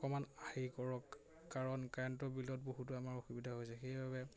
অকমান হেৰি কৰক কাৰণ কাৰেণ্টৰ বিলত বহুতো আমাৰ অসুবিধা হৈছে সেইবাবে